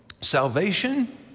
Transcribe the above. Salvation